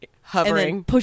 Hovering